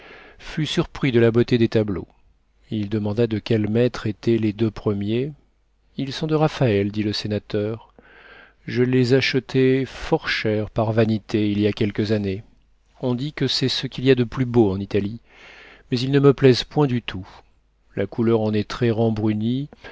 fut surpris de la beauté des tableaux il demanda de quel maître étaient les deux premiers ils sont de raphaël dit le sénateur je les achetai fort cher par vanité il y a quelques années on dit que c'est ce qu'il y a de plus beau en italie mais ils ne me plaisent point du tout la couleur en est très